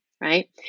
Right